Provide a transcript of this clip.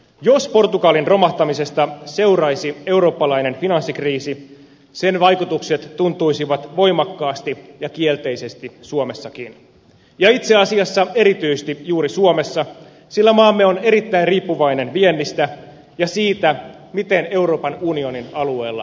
jos portugalin romahtamisesta seuraisi eurooppalainen finanssikriisi sen vaikutukset tuntuisivat voimakkaasti ja kielteisesti suomessakin ja itse asiassa erityisesti juuri suomessa sillä maamme on erittäin riippuvainen viennistä ja siitä miten euroopan unionin alueella menee